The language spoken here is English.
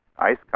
ice